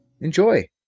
Enjoy